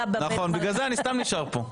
בגלל זה אני סתם נשאר כאן.